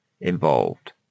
involved